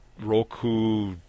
roku